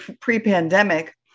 pre-pandemic